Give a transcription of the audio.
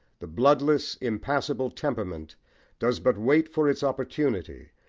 the bloodless, impassible temperament does but wait for its opportunity,